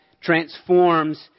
transforms